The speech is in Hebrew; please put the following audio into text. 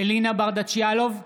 אלינה ברדץ' יאלוב,